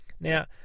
now